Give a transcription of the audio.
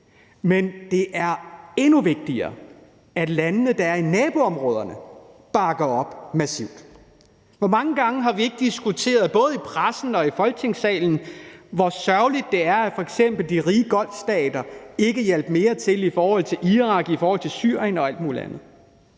at det er endnu vigtigere, at landene, der er i naboområderne, bakker massivt op. Hvor mange gange har vi ikke diskuteret både i pressen og i Folketingssalen, hvor sørgeligt det er, at f.eks. de rige golfstater ikke hjalp mere til i forhold til Irak, i forhold til Syrien og alt muligt andet?